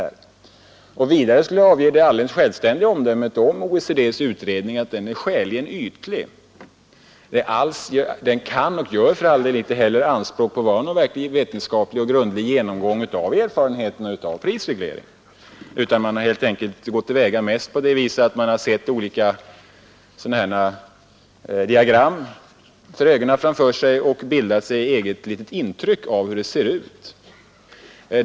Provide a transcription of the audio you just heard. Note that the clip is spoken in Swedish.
Jag kan avge det omdömet om OECD:s utredning att den är skäligen ytlig. Den gör ej heller anspråk på att vara någon verkligt vetenskaplig och grundlig genomgång av erfarenheterna av en prisreglering. Man har helt enkelt haft olika diagram framför sig och försökt bilda sig ett synintryck av läget.